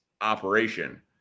operation